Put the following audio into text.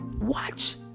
watch